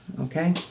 Okay